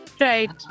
Right